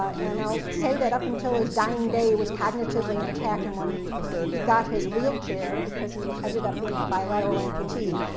ah and i'll say that, up until his dying day, was cognitively intact. and when he got his wheelchair, because he ended up being a bilateral amputee,